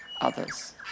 others